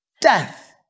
Death